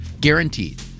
Guaranteed